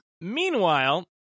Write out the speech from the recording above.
Meanwhile